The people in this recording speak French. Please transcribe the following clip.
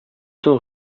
temps